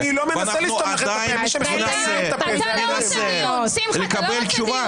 ועדיין ננסה לקבל תשובה.